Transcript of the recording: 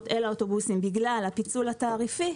אל האוטובוסים בגלל הפיצול התעריפי,